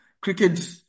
cricket